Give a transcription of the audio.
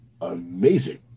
amazing